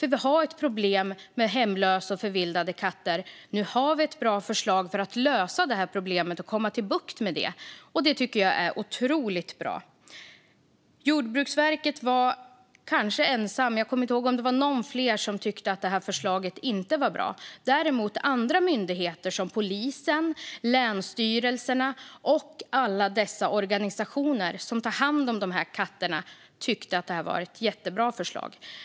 Vi har nämligen ett problem med hemlösa och förvildade katter. Nu har vi ett bra förslag för att lösa det problemet och få bukt med det. Det tycker jag är otroligt bra. Jordbruksverket var kanske ensamt om att tycka så här. Jag kommer inte ihåg om det var någon mer som tyckte att förslaget inte var bra. Däremot tyckte andra myndigheter, som polisen och länsstyrelserna, och alla organisationer som tar hand om katterna att det var ett jättebra förslag.